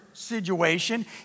situation